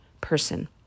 person